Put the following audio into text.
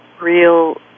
real